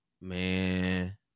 Man